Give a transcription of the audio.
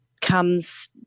comes